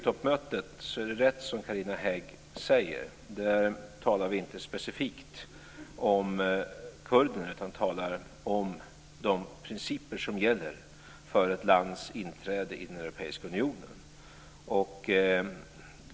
Det är rätt som Carina Hägg säger, att vi på EU toppmötet inte talade specifikt om kurderna utan om de principer som gäller för ett lands inträde i den europeiska unionen.